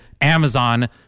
Amazon